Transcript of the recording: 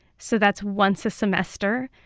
so that's once a semester.